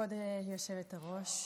כבוד היושבת-ראש,